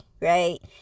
Right